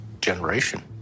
generation